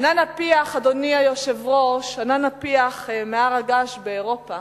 ענן הפיח, אדוני היושב-ראש, מהר הגעש באירופה